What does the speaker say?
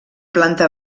planta